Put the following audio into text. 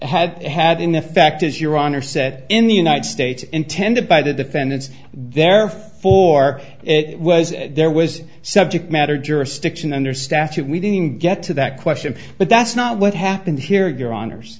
had had in effect is your honor set in the united states intended by the defendants therefore it was there was subject matter jurisdiction under staffed we didn't get to that question but that's not what happened here your hono